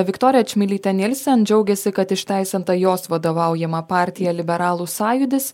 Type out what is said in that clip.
viktorija čmilytė nielsen džiaugiasi kad išteisinta jos vadovaujama partija liberalų sąjūdis